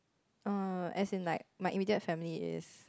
err as in like my immediate family is